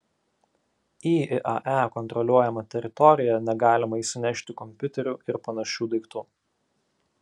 į iae kontroliuojamą teritoriją negalima įsinešti kompiuterių ir panašių daiktų